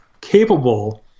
capable